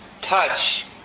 touch